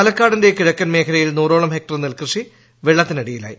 പാലക്കാടിന്റെ കിഴക്കൻ മേഖലയിൽ നൂറോളം ഹെക്ടർ നെൽകൃഷി വെള്ളത്തിനടിയിലായി